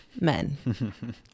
men